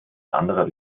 anderer